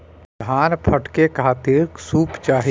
धान फटके खातिर सूप चाही